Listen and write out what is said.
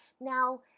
Now